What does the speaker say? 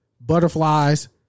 butterflies